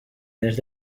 dents